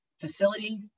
facility